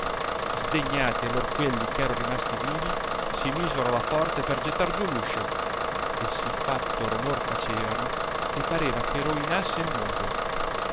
sdegnati allora quelli che erano rimasti vivi si misero alla forte per gettar giù l'uscio e sì fatto romor facevano che pareva che roinasse il mondo